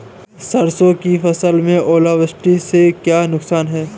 सरसों की फसल में ओलावृष्टि से क्या नुकसान है?